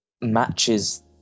matches